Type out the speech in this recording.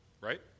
right